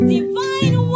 Divine